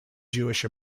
jewish